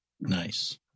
Nice